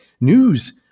news